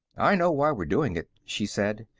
i know why we're doing it, she said.